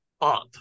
up